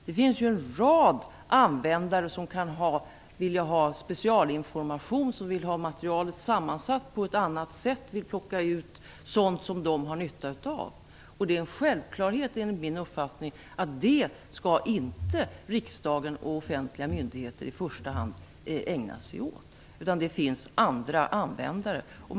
Det finns en rad användare som vill ha specialinformation, som vill ha materialet sammansatt på ett annat sätt och som vill plocka ut sådant som de har nytta av. Det är enligt min uppfattning en självklarhet att riksdagen och offentliga myndigheter inte i första hand skall ägna sig åt detta. Det finns andra användare som kan göra det.